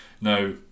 Now